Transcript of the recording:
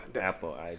Apple